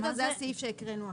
זה הסעיף שהקראנו עכשיו.